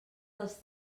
dels